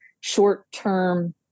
short-term